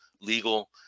legal